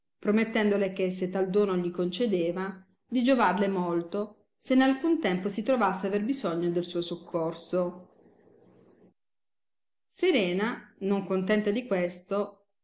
promettendole che se tal dono gli concedeva di giovarle molto se in alcun tempo si trovasse aver bisogno del suo soccorso serena non contenta di questo